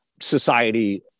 society